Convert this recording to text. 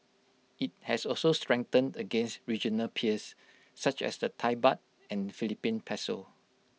IT has also strengthened against regional peers such as the Thai Baht and Philippine Peso